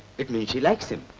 it means she likes him.